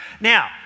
now